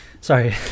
sorry